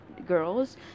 Girls